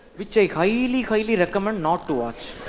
which i highly highly recommend, not to watch.